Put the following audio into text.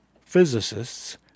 physicists